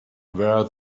where